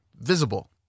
visible